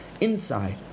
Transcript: inside